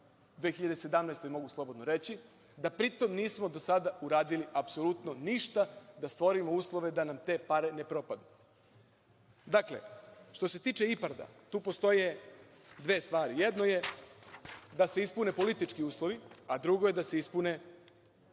2017, mogu slobodno reći, da pritom nismo do sada uradili apsolutno ništa da stvorimo uslove da nam te pare ne propadnu. Dakle, što se tiče IPARD-a, tu postoje dve stvari, jedno je da se ispune politički uslovi, a drugo je da se ispune